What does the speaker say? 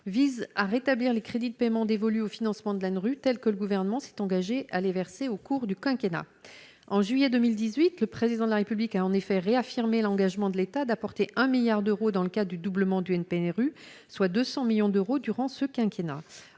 visent à rétablir les crédits de paiement dévolu au financement de l'ANRU tels que le gouvernement s'est engagé à les verser au cours du quinquennat en juillet 2018, le président de la République a en effet réaffirmé l'engagement de l'État d'apporter un milliard d'euros dans le cas du doublement du NPNRU, soit 200 millions d'euros durant ce quinquennat